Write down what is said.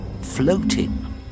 floating